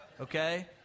okay